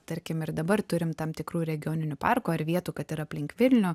tarkim ir dabar turim tam tikrų regioninių parkų ar vietų kad ir aplink vilnių